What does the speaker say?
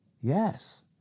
Yes